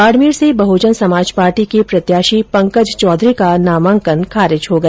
बाड़मेर से बहुजन समाज पार्टी के प्रत्याशी पंकज चौधरी का नामांकन खारिज हो गया